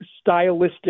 stylistic